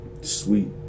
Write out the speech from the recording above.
sweet